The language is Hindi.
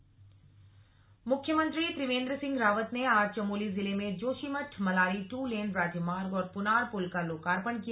सीएम चमोली दौरा मुख्यमंत्री त्रिवेन्द्र सिंह रावत ने आज चमोली जिले में जोशीमठ मलारी टू लेन राज्यमार्ग और पुनार पुल का लोकार्पण किया